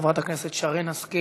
חברת הכנסת שרן השכל,